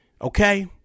okay